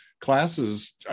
classes